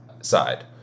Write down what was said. side